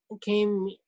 came